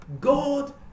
God